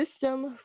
system